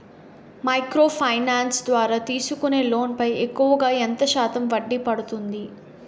Micro finance ద్వారా తీసుకునే loan పై ఎక్కువుగా ఎంత శాతం వడ్డీ పడుతుంది?